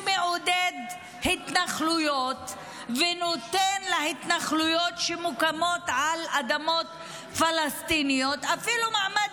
שמעודד את ההתנחלויות ונותן להתנחלויות שמוקמות על אדמות פלסטיניות מעמד